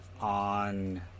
on